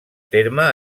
terme